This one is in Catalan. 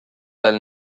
del